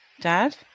Dad